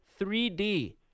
3D